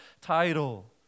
title